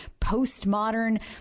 postmodern